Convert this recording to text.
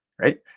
Right